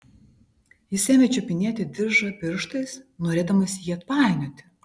jis ėmė čiupinėti diržą pirštais norėdamas jį atpainioti